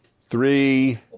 Three